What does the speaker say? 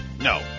No